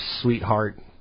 sweetheart